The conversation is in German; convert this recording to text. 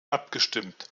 abgestimmt